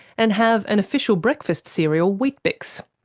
and have an official breakfast cereal, weet-bix.